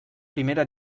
primera